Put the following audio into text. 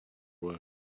work